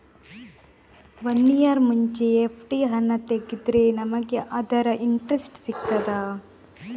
One year ಮುಂಚೆ FD ಹಣ ತೆಗೆದ್ರೆ ನಮಗೆ ಅದರ ಇಂಟ್ರೆಸ್ಟ್ ಸಿಗ್ತದ?